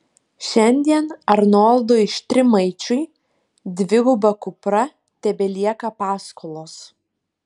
šiandien arnoldui štrimaičiui dviguba kupra tebelieka paskolos